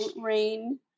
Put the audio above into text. rain